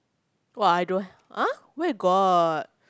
!wah! I don't ah where got